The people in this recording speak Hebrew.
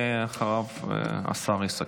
בוארון, ואחריו השר יסכם.